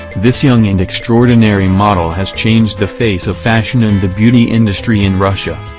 this young and extraordinary model has changed the face of fashion and the beauty industry in russia.